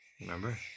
Remember